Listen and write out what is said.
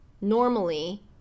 normally